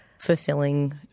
Fulfilling